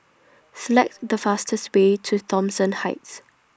Select The fastest Way to Thomson Heights